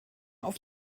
auf